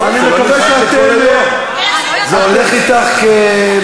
אני מקווה, זה לא נמחק לכל היום, זה הולך אתך כצל.